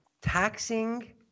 Taxing